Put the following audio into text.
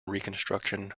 reconstruction